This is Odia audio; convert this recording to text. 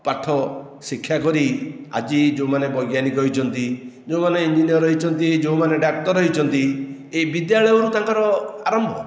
ପାଠ ଶିକ୍ଷା କରି ଆଜି ଯେଉଁ ମାନେ ବୈଜ୍ଞାନିକ ହୋଇଛନ୍ତି ଯେଉଁ ମାନେ ଇଞ୍ଜିନିଅର ହୋଇଛନ୍ତି ଯେଉଁ ମାନେ ଡାକ୍ତର ହୋଇଛନ୍ତି ଏ ବିଦ୍ୟାଳୟରୁ ତାଙ୍କର ଆରମ୍ଭ